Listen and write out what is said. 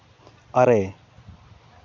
ᱟᱨᱮ